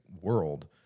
world